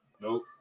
nope